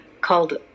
called